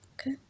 Okay